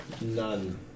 None